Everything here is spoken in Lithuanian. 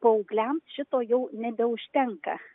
paaugliams šito jau nebeužtenka